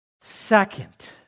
Second